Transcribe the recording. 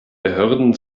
behörden